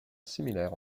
similaires